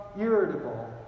irritable